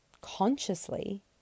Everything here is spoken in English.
consciously